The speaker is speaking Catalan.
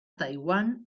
taiwan